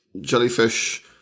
jellyfish